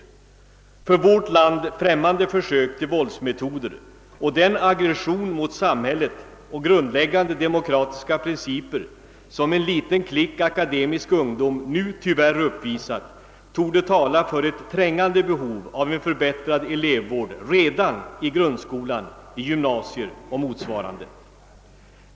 De för vårt land främmande försöken till våldsmetoder och den aggression mot samhället och mot grundläggande demokratiska principer som en liten klick akademisk ungdom nu tyvärr demonstrerat torde tala för ett trängande behov av en förbättrad elevvård redan i grundskolan, gymnasierna och motsvarande läroanstalter.